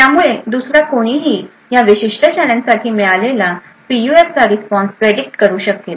त्यामुळे दुसरा कोणीही ह्या विशिष्ट चॅलेंज साठी मिळालेला पीयूएफचा रिस्पॉन्स प्रेडिक्ट करू शकेल